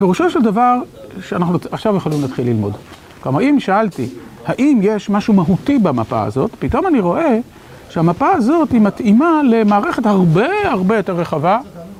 פרושו של דבר שאנחנו עכשיו יכולים להתחיל ללמוד. אם שאלתי, האם יש משהו מהותי במפה הזאת, פתאום אני רואה שהמפה הזאת היא מתאימה למערכת הרבה הרבה יותר רחבה.